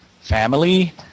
family